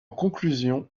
conclusion